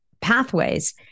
pathways